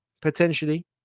potentially